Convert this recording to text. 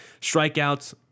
Strikeouts